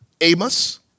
Amos